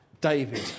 David